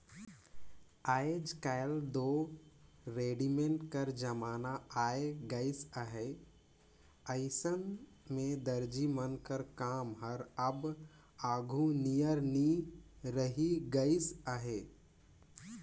आएज काएल दो रेडीमेड कर जमाना आए गइस अहे अइसन में दरजी मन कर काम हर अब आघु नियर नी रहि गइस अहे